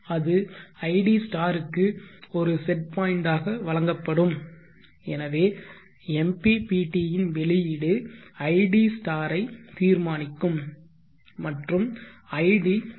அது id க்கு ஒரு செட் பாயிண்டாக வழங்கப்படும் எனவே MPPT இன் வெளியீடு id யை தீர்மானிக்கும் மற்றும் id பி